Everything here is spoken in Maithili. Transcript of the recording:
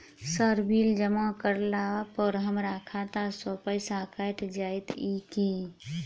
सर बिल जमा करला पर हमरा खाता सऽ पैसा कैट जाइत ई की?